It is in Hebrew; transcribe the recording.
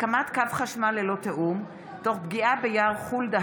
הקמת קו חשמל ללא תיאום תוך פגיעה ביער חולדה